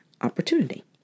opportunity